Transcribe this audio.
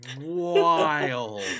wild